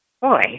boy